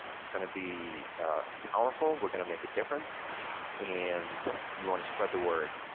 it's gonna be powerful. we're gonna make a difference and you want to spread the word,